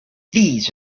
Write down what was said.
these